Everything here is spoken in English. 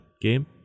game